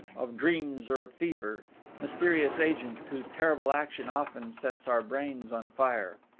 of dreams or of fever mysterious agents, whose terrible action often sets our brains on fire.